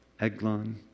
Eglon